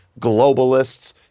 globalists